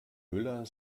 müller